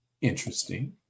interesting